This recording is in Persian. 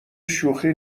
شوخی